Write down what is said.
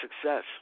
success